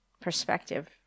perspective